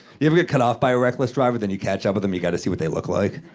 you but get cut off by a reckless driver, then you catch up with em, you gotta see what they look like?